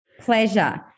Pleasure